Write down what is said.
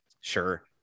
sure